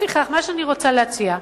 לפיכך, מה שאני רוצה להציע: